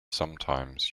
sometimes